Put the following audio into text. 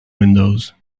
windows